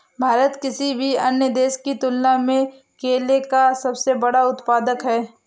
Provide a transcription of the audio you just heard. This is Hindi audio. भारत किसी भी अन्य देश की तुलना में केले का सबसे बड़ा उत्पादक है